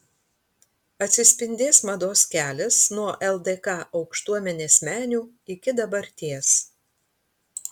atsispindės mados kelias nuo ldk aukštuomenės menių iki dabarties